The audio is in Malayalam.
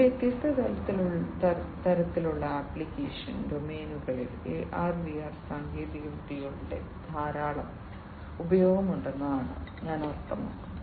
ഈ വ്യത്യസ്ത തരത്തിലുള്ള ആപ്ലിക്കേഷൻ ഡൊമെയ്നുകളിൽ AR VR സാങ്കേതികവിദ്യകളുടെ ധാരാളം ഉപയോഗമുണ്ടെന്നാണ് ഞാൻ അർത്ഥമാക്കുന്നത്